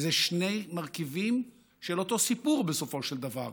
ואלה שני מרכיבים של אותו סיפור, בסופו של דבר,